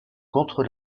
contre